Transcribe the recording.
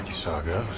saga.